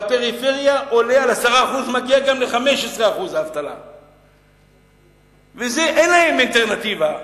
בפריפריה זה עולה על 10% ומגיע לאבטלה של 15%. אין להם אלטרנטיבה.